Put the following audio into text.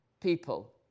people